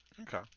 Okay